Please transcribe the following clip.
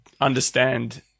understand